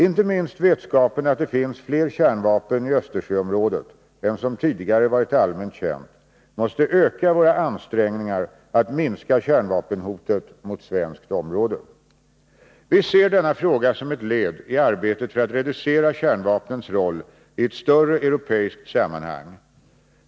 Inte minst vetskapen att det finns fler kärnvapen i Östersjöområdet än som tidigare varit allmänt känt måste öka våra ansträngningar att minska kärnvapenhotet mot svenskt område. Vi ser denna fråga som ett led i arbetet för att reducera kärnvapnens roll i ett större europeiskt sammanhang.